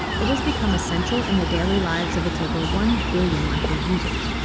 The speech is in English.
it has become essential in the daily lives of its over one billion monthly users.